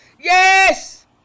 Yes